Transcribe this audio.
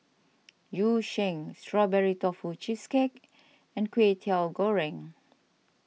Yu Sheng Strawberry Tofu Cheesecake and Kway Teow Goreng